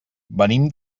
venim